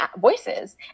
voices